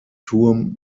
turm